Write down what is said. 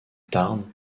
tarn